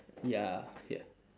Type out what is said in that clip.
ya yeah